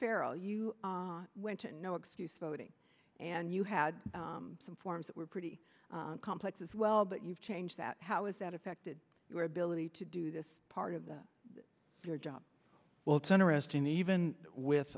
farrell you went to no excuse voting and you had some forms that were pretty complex as well but you've changed that how is that affected your ability to do this part of that your job well it's interesting that even with